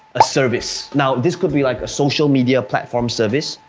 a service. now, this could be like a social media platform service.